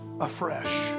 afresh